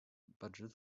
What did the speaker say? budget